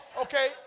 okay